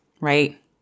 right